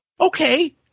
okay